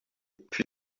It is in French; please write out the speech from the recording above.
puis